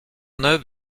neuve